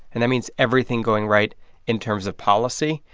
and that means everything going right in terms of policy,